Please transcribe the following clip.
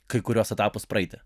kai kuriuos etapus praeiti